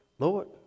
Lord